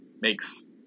makes